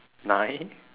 nine